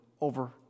over